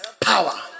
Power